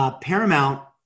Paramount